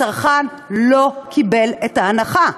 הצרכן לא קיבל את ההנחה.